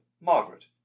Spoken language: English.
Margaret